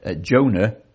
Jonah